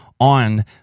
On